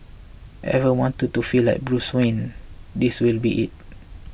ever wanted to feel like Bruce Wayne this will be it